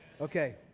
Okay